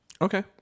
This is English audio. Okay